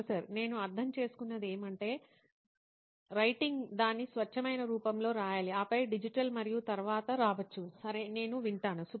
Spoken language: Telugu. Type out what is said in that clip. ప్రొఫెసర్ నేను అర్థం చేసుకున్నది ఏమిటంటే రైటింగ్ దాని స్వచ్ఛమైన రూపంలో రాయాలి ఆపై డిజిటల్ మరియు తరువాత రావచ్చు సరే నేను వింటాను